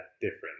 different